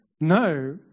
No